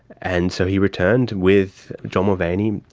and so he returned with john mulvaney,